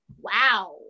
Wow